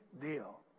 deal